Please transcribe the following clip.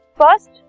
First